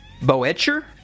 Boetcher